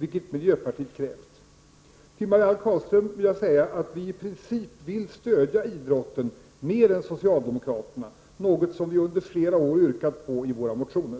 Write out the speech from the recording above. ett krav som miljöpartiet har framfört. Till Marianne Carlström vill jag säga att vi i princip vill stödja idrotten mer än socialdemokraterna — något som vi under flera år yrkat på i våra motioner.